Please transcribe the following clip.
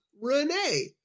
Renee